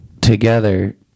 together